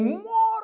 more